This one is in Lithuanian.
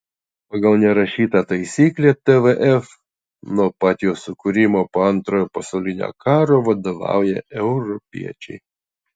pagal nerašytą taisyklę tvf nuo pat jo sukūrimo po antrojo pasaulinio karo vadovauja europiečiai